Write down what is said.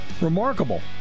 remarkable